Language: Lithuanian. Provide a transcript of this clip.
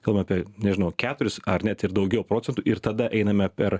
kalbam apie nežinau keturis ar net ir daugiau procentų ir tada einame per